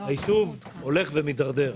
היישוב הולך ומידרדר.